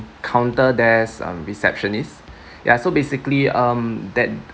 counter desk um receptionist ya so basically um that